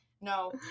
No